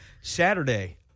Saturday